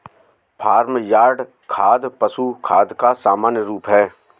farm yard खाद पशु खाद का सामान्य रूप है